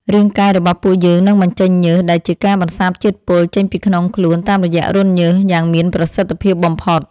រាងកាយរបស់ពួកយើងនឹងបញ្ចេញញើសដែលជាការបន្សាបជាតិពុលចេញពីក្នុងខ្លួនតាមរយៈរន្ធញើសយ៉ាងមានប្រសិទ្ធភាពបំផុត។